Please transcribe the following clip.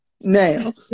Now